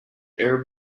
arab